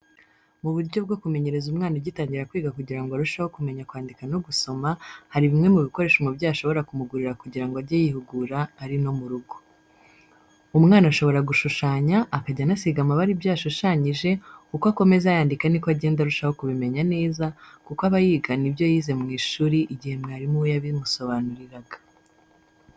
M buryo bwo kumenyereza umwana ugitangira kwiga kugira ngo arusheho kumenya kwandika no gusoma, hari bimwe mu bikoresho umubyeyi ashobora kumugurira kugira ngo ajye yihugura ari no mu rugo. Umwana ashobora gushushanya akajya anasiga amabara ibyo yashushanyije, uko akomeza yandika ni ko agenda arushaho kubimenya neza kuko aba yigana ibyo yize mu ishuri igihe mwarimu we yabimusobanuriraga.